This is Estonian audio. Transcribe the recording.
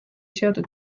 seotud